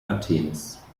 athens